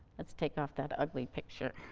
let's take off that ugly picture.